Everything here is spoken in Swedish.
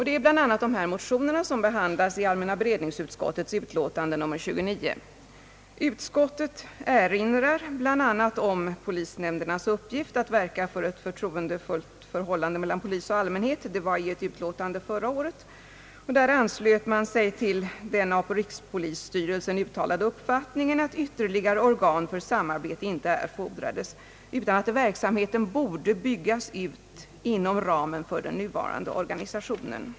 De i år väckta motionerna behandlas i allmänna beredningsutskottets utlåtande nr 29. Utskottet erinrade i sitt utlåtande i fjol bl.a. om polisnämndernas uppgift att verka för ett förtroendefullt förhållande mellan polis och allmänhet, och anslöt sig till den av rikspolisstyrelsen uttalade uppfattningen att ytterligare organ för samarbete inte erfordrades utan att verksamheten borde byggas ut inom ramen för den nuvarande orga nisationen.